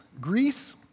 Greece